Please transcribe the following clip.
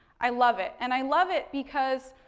i love it. and, i love it, because,